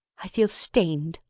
i feel stained,